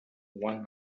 one